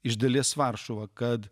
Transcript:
iš dalies varšuva kad